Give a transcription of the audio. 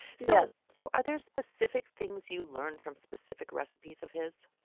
so so are there specific things you learned from specific recipes of his?